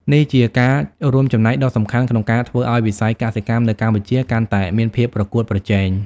នេះជាការរួមចំណែកដ៏សំខាន់ក្នុងការធ្វើឲ្យវិស័យកសិកម្មនៅកម្ពុជាកាន់តែមានភាពប្រកួតប្រជែង។